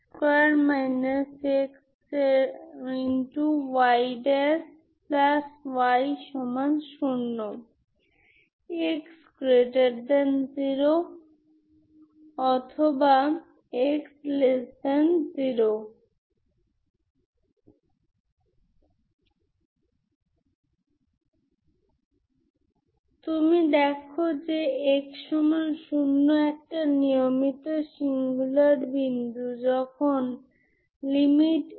সুতরাং λ 0 এবং হিসাবে নেগেটিভ অর্থাৎ μ2 আমাদের তাদের মধ্যে কোন ইগেনভ্যালুস থাকতে পারে কিনা তা পরীক্ষা করতে হবে